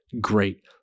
Great